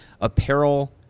apparel